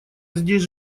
здесь